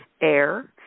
AIR